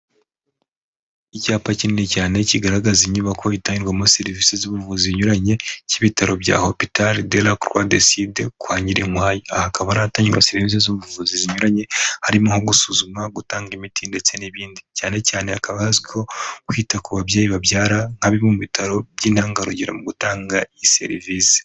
Icyapa kinini cyane kigaragaza inyubako itangirwamo serivisi z'ubuvuzi zinyuranye z'ibitaro bya HOPITAL DE LA CROIX DU SUD KWA NYIRINKWAYA, aha akaba ari ahatangirwa serivisi z'ubuvuzi zinyuranye harimo nko gusuzuma, gutanga imiti ndetse n'ibindi cyane cyane hakaba hazwiho kwita ku babyeyi babyara nka bimwe mu bitaro by'intangarugero mu gutanga iyi serivisi.